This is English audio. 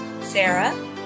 Sarah